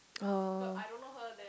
oh